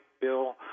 Bill